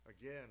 Again